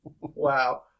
Wow